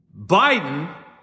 Biden